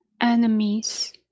enemies